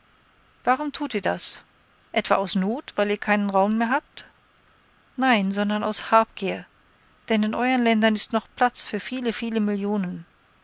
warum tut ihr das etwa aus not weil ihr keinen raum mehr habt nein sondern aus habgier denn in euern ländern ist noch platz für viele viele millionen